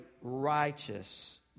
righteous